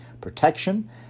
protection